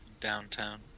downtown